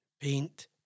Paint